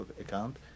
account